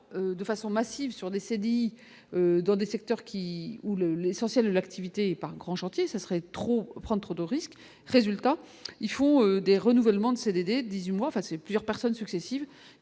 de façon massive sur des CDI dans des secteurs qui ou le l'essentiel de l'activité par un grand chantier, ça serait trop prendre trop de risques, résultat, il faut des renouvellements de CDD, 18 mois face et plusieurs personnes successives